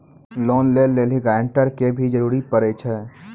Loan लै लेली guarantor के भी जरूरी पड़ै छै?